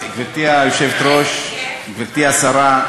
גברתי היושבת-ראש, גברתי השרה,